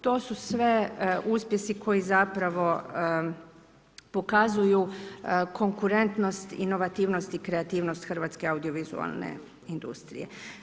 To su sve uspjesi koji zapravo pokazuju konkurentnost, inovativnost i kreativnost Hrvatske audiovizualne industrije.